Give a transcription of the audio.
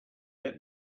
let